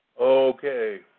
Okay